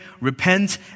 Repent